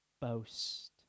boast